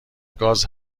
گاز